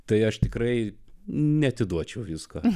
tai aš tikrai neatiduočiau viską